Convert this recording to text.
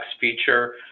feature